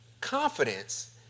Confidence